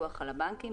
הפיקוח על הבנקים,